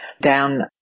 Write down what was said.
down